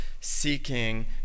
seeking